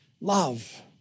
Love